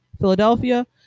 Philadelphia